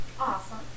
Awesome